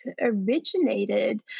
originated